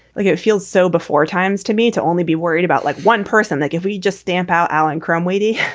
like it feels so before times to me to only be worried about like one person that if we just stamp out alan crumb wady,